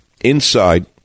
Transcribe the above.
inside